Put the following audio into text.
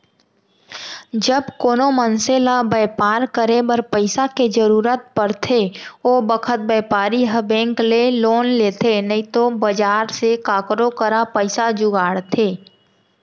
जब कोनों मनसे ल बैपार करे बर पइसा के जरूरत परथे ओ बखत बैपारी ह बेंक ले लोन लेथे नइतो बजार से काकरो करा पइसा जुगाड़थे